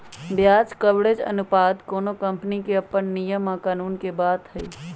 ब्याज कवरेज अनुपात कोनो कंपनी के अप्पन नियम आ कानून के बात हई